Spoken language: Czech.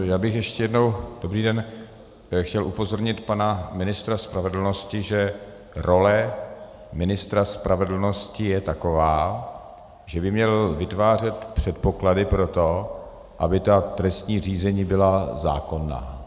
Já bych ještě jednou dobrý den chtěl upozornit pana ministra spravedlnosti, že role ministra spravedlnosti je taková, že by měl vytvářet předpoklady pro to, aby ta trestní řízení byla zákonná.